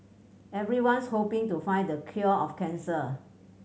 everyone's hoping to find the cure of cancer